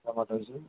जै माता दी जी